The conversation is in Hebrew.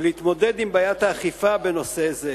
ולהתמודד עם בעיית האכיפה בנושא זה.